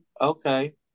okay